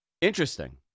interesting